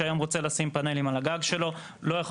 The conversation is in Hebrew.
שהיום רוצה לשים פנלים על הגג שלו לא יכול